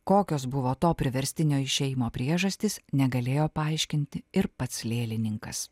kokios buvo to priverstinio išėjimo priežastys negalėjo paaiškinti ir pats lėlininkas